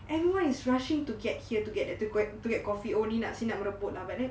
everyone is rushing to get here to get coffee only ni semua nak merebut lah but then